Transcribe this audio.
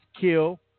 kill